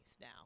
now